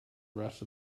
rest